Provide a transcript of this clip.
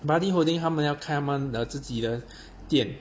buddy holdings 他们要开他们自己的店